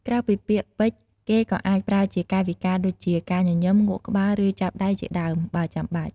ក្រៅពីពាក្យពេចន៍ គេក៏អាចប្រើជាកាយវិការដូចជា ការញញឹម ងក់ក្បាល ឬ ចាប់ដៃជាដើម បើចាំបាច់។